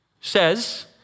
says